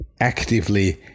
actively